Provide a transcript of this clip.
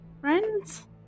Friends